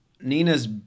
nina's